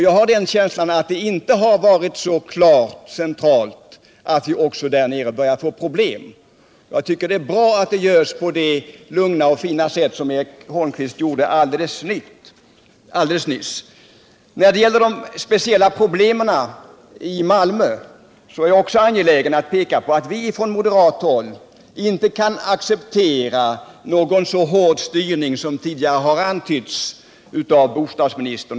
Jag har en känsla av att man på centralt håll inte haft klart för sig att vi börjar få problem också nere i Skåne. Eric Holmqvist redogjorde enligt min mening för förhållandena där på ett lugnt och fint sätt. Beträffande de speciella problemen i Malmö är jag angelägen att peka på att vi från moderat håll inte kan acceptera den hårda styrning som tidigare har antytts av bostadsministern.